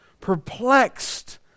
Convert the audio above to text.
perplexed